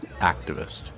activist